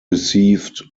received